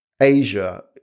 Asia